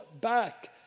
back